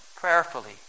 prayerfully